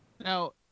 now